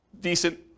decent